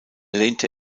lehnte